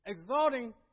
exalting